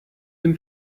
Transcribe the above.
dem